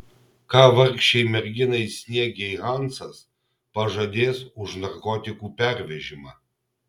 ką vargšei merginai sniegei hansas pažadės už narkotikų pervežimą